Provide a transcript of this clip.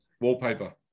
wallpaper